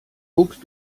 guckst